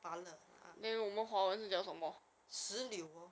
some paper pronounce as 芥兰 eh